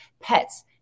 pets